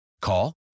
Call